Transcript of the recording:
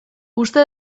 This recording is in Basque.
uste